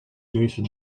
jason